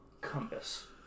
compass